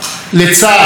לשב"כ,